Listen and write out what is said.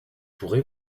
pourrez